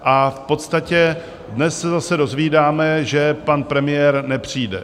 V podstatě dnes se zase dozvídáme, že pan premiér nepřijde.